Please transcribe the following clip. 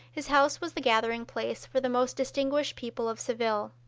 his house was the gathering place for the most distinguished people of seville.